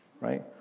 right